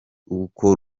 uko